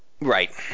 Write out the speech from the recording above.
Right